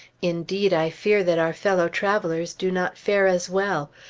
indeed, i fear that our fellow travelers do not fare as well.